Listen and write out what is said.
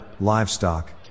livestock